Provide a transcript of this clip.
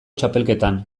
txapelketan